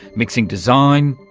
mixing design,